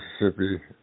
Mississippi